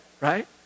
right